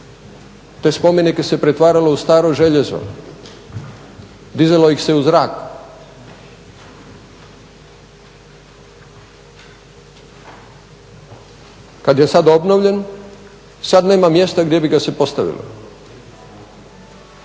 te spomenike se pretvarano u staro željezo, dizalo ih se u zrak. Kada je sada obnovljen, sada nema mjesta gdje bi ga se postavilo.